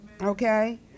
Okay